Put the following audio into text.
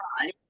time